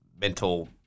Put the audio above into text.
mental